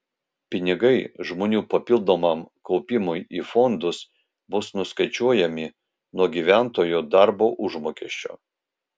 pinigai žmonių papildomam kaupimui į fondus bus nuskaičiuojami nuo gyventojo darbo užmokesčio